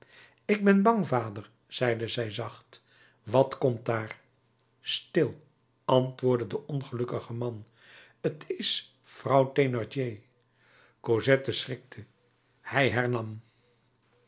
ik ben bang vader zeide zij zacht wat komt daar stil antwoordde de ongelukkige man t is vrouw thénardier cosette schrikte hij hernam